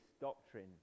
doctrine